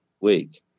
week